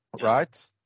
Right